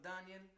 Daniel